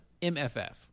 MFF